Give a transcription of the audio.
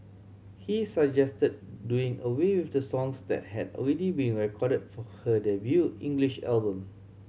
he suggested doing away with the songs that had already been recorded for her debut English album